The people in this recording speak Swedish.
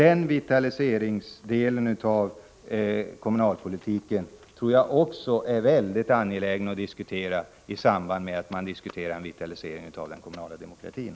Politikerrollen är angelägen att diskutera i samband med att man diskuterar en vitalisering av den kommunala demokratin.